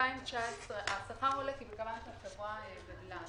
השכר עולה כי גם החברה גדלה.